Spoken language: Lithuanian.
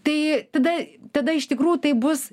tai tada tada iš tikrųjų tai bus